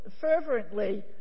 fervently